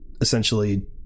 essentially